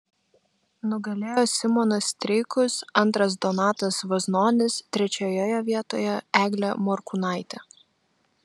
nugalėjo simonas streikus antras donatas vaznonis trečiojoje vietoje eglė morkūnaitė